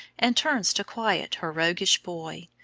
and turns to quiet her roguish boy,